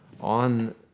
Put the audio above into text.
on